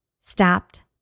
stopped